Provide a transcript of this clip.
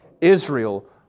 Israel